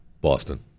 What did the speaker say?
Boston